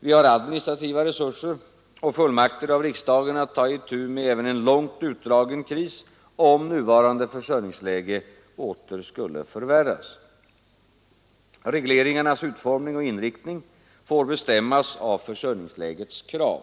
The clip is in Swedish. Vi har administrativa resurser och fullmakter av riksdagen att ta itu med även en långt utdragen kris om försörjningsläget åter skulle förvärras. Regleringarnas utformning och inriktning får bestämmas av försörjningslägets krav.